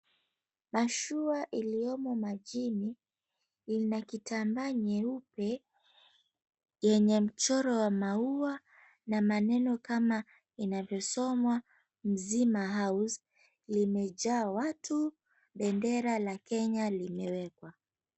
Mashua iliyomo majini ina kitambaa nyeupe yenye mchoro wa maua na maneno kama inavyosomwa, Mzima House limejaa watu. Bendera la Kenya limewekwa.